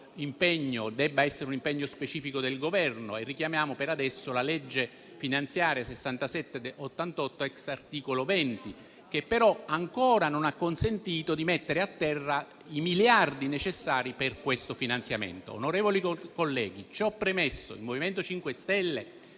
debba essere un impegno specifico del Governo e richiamiamo per adesso la legge finanziaria n. 67 del 1988, *ex* articolo 20, che però non ha ancora consentito di mettere a terra i miliardi necessari per questo finanziamento. Onorevoli colleghi, ciò premesso, il MoVimento 5 Stelle